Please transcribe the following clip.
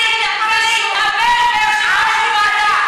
יושב-ראש ועדה.